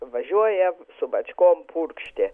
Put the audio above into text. važiuoja su bačkom purkšti